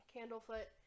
Candlefoot